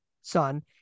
son